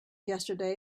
yesterday